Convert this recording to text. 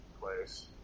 place